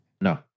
No